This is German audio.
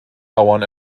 bauern